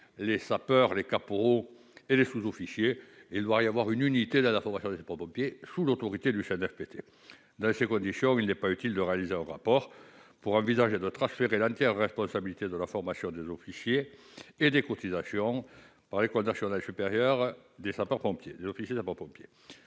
les sapeurs, les caporaux et les sous-officiers. Il y doit y avoir une unité dans la formation des sapeurs-pompiers, sous l'autorité du CNFPT. Dans ces conditions, il n'est pas utile de réaliser un rapport pour envisager de transférer l'entière responsabilité de la formation des officiers et des cotisations à l'Ensosp. Nous demandons donc la suppression de